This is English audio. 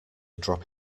drop